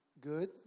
good